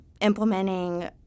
implementing